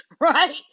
Right